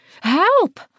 Help